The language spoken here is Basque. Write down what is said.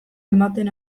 ematen